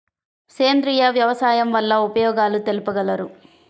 సేంద్రియ వ్యవసాయం వల్ల ఉపయోగాలు తెలుపగలరు?